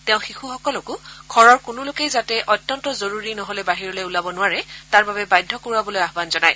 তেওঁ শিশুসকলকো কোনো লোকে যাতে অত্যন্ত জৰুৰী নহলে বাহিৰলৈ ওলাব নোৱাৰে তাৰ বাবে বাধ্য কৰিবলৈ আহান জনায়